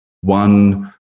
one